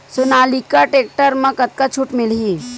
Sonalika tractor म कतका छूट मिलही?